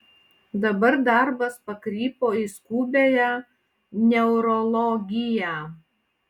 dabar darbas pakrypo į skubiąją neurologiją